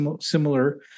similar